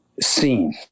seen